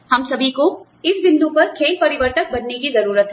हम सभी को इस बिंदु पर खेल परिवर्तक बनने की जरूरत है